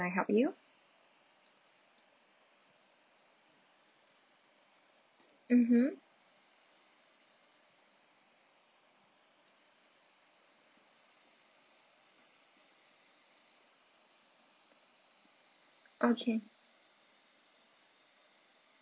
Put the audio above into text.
I help you mmhmm okay